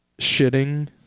shitting